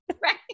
Right